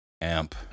amp